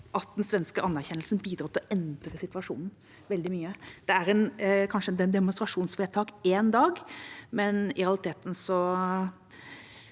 at den svenske anerkjennelsen bidro til å endre situasjonen veldig mye. Det er kanskje demonstrasjonsvedtak én dag, men i realiteten vil